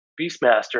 Beastmaster